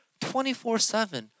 24-7